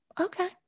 okay